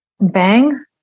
bang